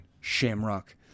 Shamrock